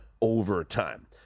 overtime